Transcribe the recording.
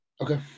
okay